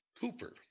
cooper